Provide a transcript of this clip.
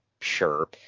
sure